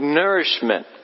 nourishment